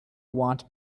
want